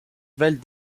valent